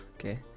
Okay